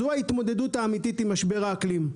זו ההתמודדות האמיתית עם משבר האקלים.